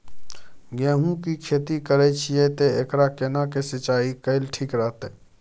गेहूं की खेती करे छिये ते एकरा केना के सिंचाई कैल ठीक रहते?